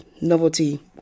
novelty